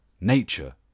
nature